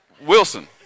Wilson